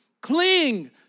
cling